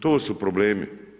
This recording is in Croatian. To su problemi.